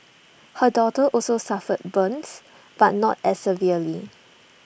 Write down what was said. her daughter also suffered burns but not as severely